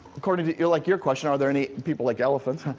according to your like your question, are there any people like elephants,